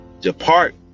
depart